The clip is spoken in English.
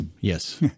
Yes